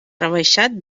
rebaixat